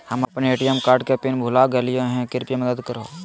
हम अप्पन ATM card के पिन भुला गेलिओ हे कृपया मदद कर हो